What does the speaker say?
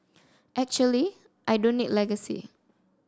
actually I don't need legacy